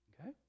Okay